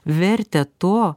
vertę to